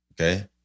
Okay